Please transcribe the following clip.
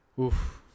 oof